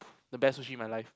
the best sushi in my life